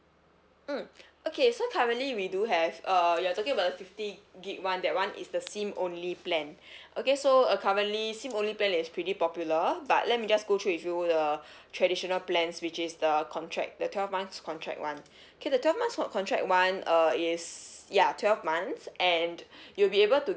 mm okay so currently we do have uh you're talking about the fifty gig one that [one] is the SIM only plan okay so uh currently SIM only plan is pretty popular but let me just go through with you the traditional plans which is the contract the twelve months contract [one] K the twelve months co~ contract [one] uh is ya twelve months and you'll be able to